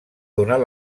donar